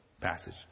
passage